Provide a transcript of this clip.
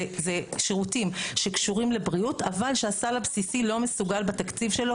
זה שירותים שקשורים לבריאות אבל שהסל הבסיסי לא מסוגל בתקציב שלו,